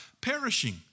perishing